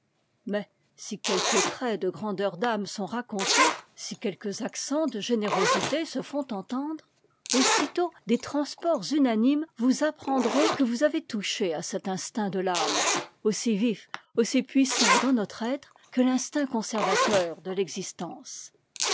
mais si quelques traits de grandeur d'âme sont racontés si quelques accents de générosité se font entendre aussitôt des transports unanimes vous apprendront que vous avez touché à cet instinct de t'âme aussi vif aussi puissant dans notre être que l'instinct conservateur de l'existence